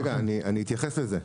רגע אני אתייחס לזה,